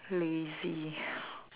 lazy